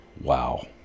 Wow